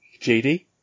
JD